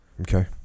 Okay